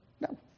No